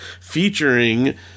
featuring